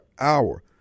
hour